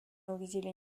увидели